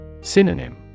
Synonym